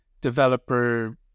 developer